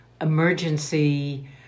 emergency